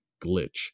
glitch